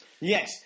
Yes